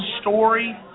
story